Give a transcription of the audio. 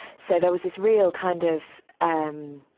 so there was this real kind of, um,